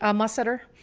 um my center.